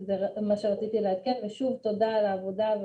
זה מה שרציתי לעדכן ושוב תודה על העבודה,